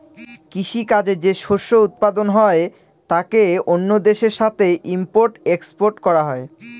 কৃষি কাজে যে শস্য উৎপাদন হয় তাকে অন্য দেশের সাথে ইম্পোর্ট এক্সপোর্ট করা হয়